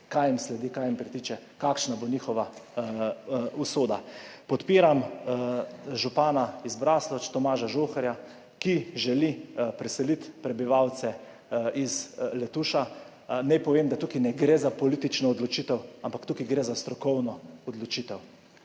kaj sledi, kaj jim pritiče, kakšna bo njihova usoda. Podpiram župana iz Braslovč Tomaža Žoharja, ki želi preseliti prebivalce iz Letuša. Naj povem, da tukaj ne gre za politično odločitev, ampak gre za strokovno odločitev.